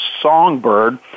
Songbird